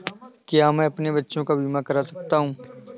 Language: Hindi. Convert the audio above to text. क्या मैं अपने बच्चों का बीमा करा सकता हूँ?